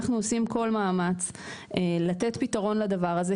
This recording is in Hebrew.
אנחנו עושים כל מאמץ לתת פתרון לדבר הזה,